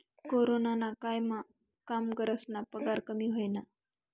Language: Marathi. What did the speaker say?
कोरोनाना कायमा कामगरस्ना पगार कमी व्हयना